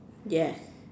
yes